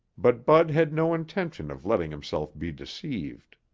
but bud had no intention of letting himself be deceived.